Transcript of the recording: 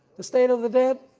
the state of the dead,